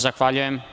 Zahvaljujem.